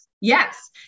Yes